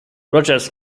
rogers